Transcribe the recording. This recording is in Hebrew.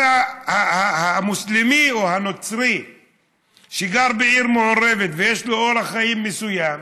הרי המוסלמי או הנוצרי שגר בעיר מעורבת ויש לו אורח חיים מסוים,